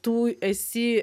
tu esi